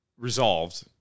resolved